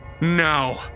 now